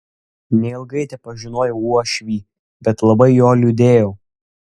neilgai tepažinojau uošvį bet labai jo liūdėjau